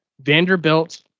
Vanderbilt